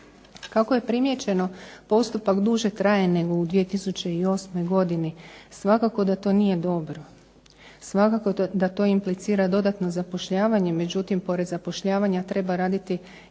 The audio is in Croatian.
Kako je primijećeno, postupak duže traje nego u 2008. godini. Svakako da to nije dobro, svakako da to implicira dodatno zapošljavanje. Međutim, pored zapošljavanja treba raditi jednim